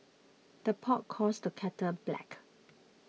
the pot calls the kettle black